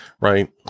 Right